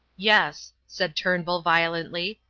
yes, said turnbull, violently.